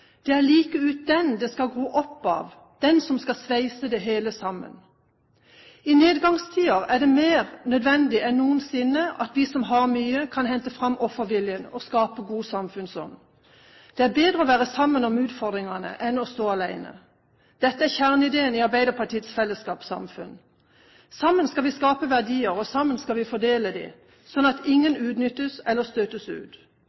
det er like ut den det skal gro op av, den som skal sveise det hele isammen.» I nedgangstider er det mer nødvendig enn noensinne at vi som har mye, kan hente fram offerviljen og skape god samfunnsånd. Det er bedre å være sammen om utfordringene enn å stå alene. Dette er kjerneideen i Arbeiderpartiets fellesskapssamfunn. Sammen skal vi skape verdier, og sammen skal vi fordele dem, slik at ingen utnyttes eller støtes ut.